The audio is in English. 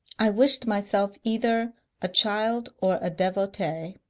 i wished myself either a child or a devotee.